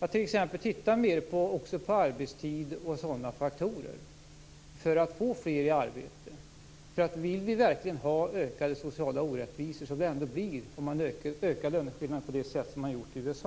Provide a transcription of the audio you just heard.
att t.ex. titta mer på arbetstid och sådana faktorer för att få fler i arbete? Vill vi verkligen ha ökade sociala orättvisor, som det blir om man ökar löneskillnaderna på det sätt som man har gjort i USA?